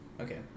Okay